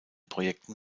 projekten